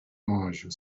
mange